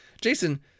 Jason